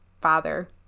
father